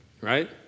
Right